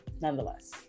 Nonetheless